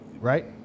right